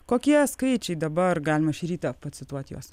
kokie skaičiai dabar galima šį rytą pacituot juos